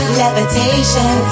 levitation